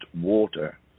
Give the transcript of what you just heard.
water